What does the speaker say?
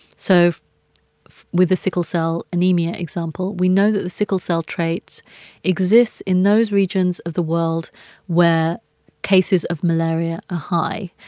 so with the sickle cell anemia example, we know that the sickle cell traits exist in those regions of the world where cases of malaria are ah high.